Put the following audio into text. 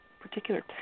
particular